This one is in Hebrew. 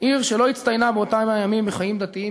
עיר שלא הצטיינה באותם הימים בחיים דתיים,